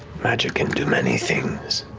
magic can do many things.